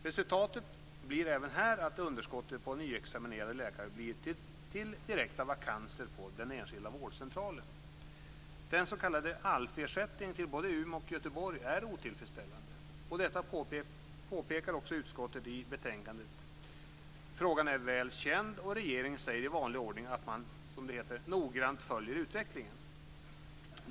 Resultatet blir även här att underskottet på nyexaminerade läkare blir till direkta vakanser på den enskilda vårdcentralen. Göteborg är otillfredsställande. Detta påpekar också utskottet i betänkandet. Frågan är väl känd, och regeringen säger i vanlig ordning att man "noggrant följer utvecklingen".